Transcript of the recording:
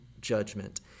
judgment